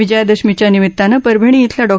विजयादशमीच्या निमिताने परभणी इथल्या डॉ